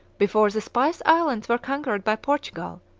before the spice islands were conquered by portugal,